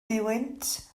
duwynt